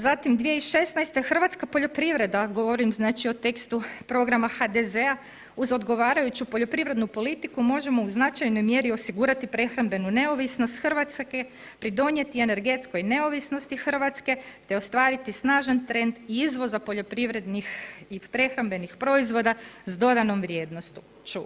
Zatim 2016. hrvatska poljoprivreda, govorim znači o tekstu programa HDZ-a, uz odgovarajuću poljoprivrednu politiku, možemo u značajnoj mjeri osigurati prehrambenu neovisnost Hrvatske, pridonijeti energetskoj neovisnosti Hrvatske te ostvariti snažan trend izvoza poljoprivrednih i prehrambenih proizvoda s dodanom vrijednošću.